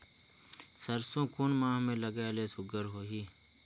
सरसो कोन माह मे लगाय ले सुघ्घर होही?